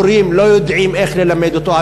המורים לא יודעים איך ללמד אותו,